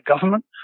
government